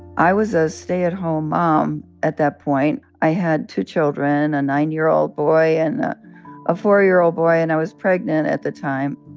i was a stay-at-home mom at that point. i had two children a nine year old boy and a four year old boy and i was pregnant at the time